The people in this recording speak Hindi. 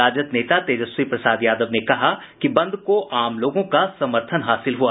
राजद नेता तेजस्वी प्रसाद यादव ने कहा कि बंद को आम लोगों का समर्थन हासिल हुआ